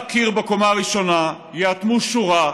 רק קיר בקומה הראשונה, יאטמו שורה,